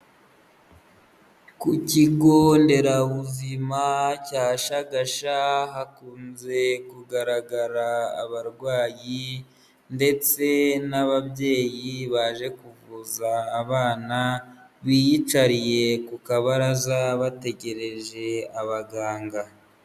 Ku kigo nderabuzima cya Shagasha, hakunze kugaragara abarwayi ndetse n'ababyeyi baje kuvuza abana, biyicariye ku kabaraza bategereje abaganga.